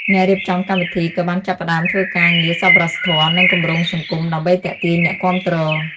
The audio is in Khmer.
អ្នករៀបចំកម្មវិធីក៏បានចាប់ផ្តើមធ្វើការងារសប្បុរសធម៌និងគម្រោងសង្គមដើម្បីទាក់ទាញអ្នកគាំទ្រ។